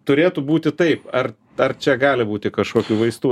turėtų būti taip ar ar čia gali būti kažkokių vaistų